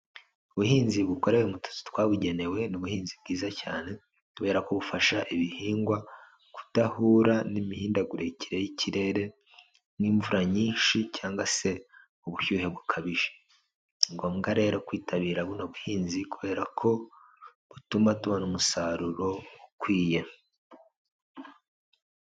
Ubuhinzi bukorewe mu tuzu twabugenewe ni ubuhinzi bwiza cyane kubera ko bufasha ibihingwa kudahura n'imihindagurikire y'ikirere n'imvura nyinshi cyangwa se ubushyuhe bukabije, ni ngombwa rero kwitabira buno buhinzi kubera ko butuma tubona umusaruro ukwiye.